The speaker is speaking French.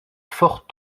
forts